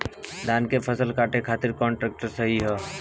धान के फसल काटे खातिर कौन ट्रैक्टर सही ह?